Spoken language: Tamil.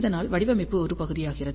இதனால் வடிவமைப்பு ஒரு பகுதியாகிறது